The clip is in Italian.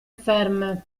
ferme